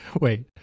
Wait